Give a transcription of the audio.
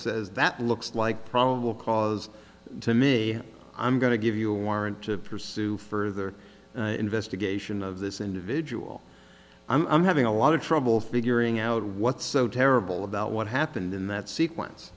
says that looks like probable cause to me i'm going to give you a warrant to pursue further investigation of this individual i'm having a lot of trouble figuring out what's so terrible about what happened in that sequence